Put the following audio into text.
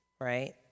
right